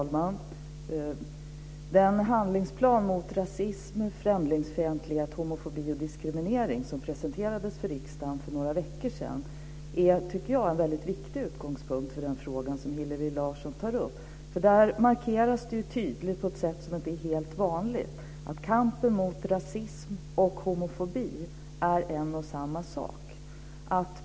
Fru talman! Den handlingsplan mot rasism, främlingsfientlighet, homofobi och diskriminering som presenterades för riksdagen för några veckor sedan är en väldigt viktig utgångspunkt för den fråga som Hillevi Larsson tar upp. Där markeras det tydligt, på ett sätt som inte är helt vanligt, att kampen mot rasism och homofobi är en och samma sak.